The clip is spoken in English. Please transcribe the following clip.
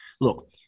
Look